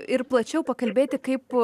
ir plačiau pakalbėti kaip